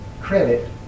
credit